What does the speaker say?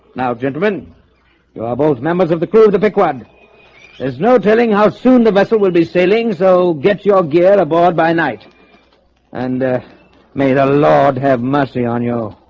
now gentlemen, you are both members of the crew of the pequod there's no telling how soon the vessel will be sailing. so get your gear aboard by night and may the lord have mercy on you